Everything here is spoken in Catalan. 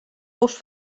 ous